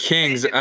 Kings